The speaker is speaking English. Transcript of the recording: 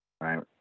Right